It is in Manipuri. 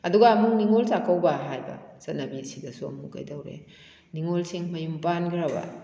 ꯑꯗꯨꯒ ꯑꯃꯨꯛ ꯅꯤꯉꯣꯜ ꯆꯥꯛꯀꯧꯕ ꯍꯥꯏꯕ ꯆꯠꯅꯕꯤ ꯑꯁꯤꯗꯁꯨ ꯑꯃꯨꯛ ꯀꯩꯗꯧꯔꯦ ꯅꯤꯉꯣꯜꯁꯤꯡ ꯃꯌꯨꯝ ꯄꯥꯟꯈ꯭ꯕ